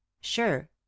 sure